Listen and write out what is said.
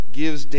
gives